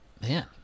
Man